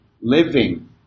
living